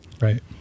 Right